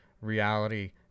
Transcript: reality